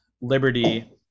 Liberty